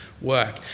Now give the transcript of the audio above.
work